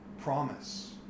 promise